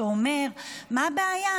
שאומר: מה הבעיה,